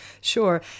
sure